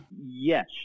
Yes